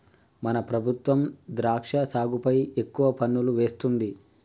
మన ప్రభుత్వం ద్రాక్ష సాగుపై ఎక్కువ పన్నులు వేస్తుంది